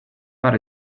but